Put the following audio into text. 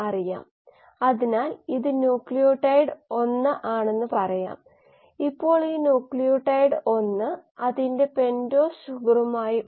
അതുപോലെ ചില സാഹചര്യങ്ങളിൽ N A D H മറ്റൊരു പ്രധാന തന്മാത്രയായ ഫ്ലാവിൻ അഡെനൈൻ ഡൈൻ ന്യൂക്ലിയോടൈഡിലേക്കും മാറി റിഡോക്സ് അനുപാതമായി കണക്കാക്കപ്പെടുന്നു